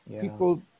people